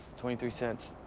twenty three cents.